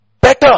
better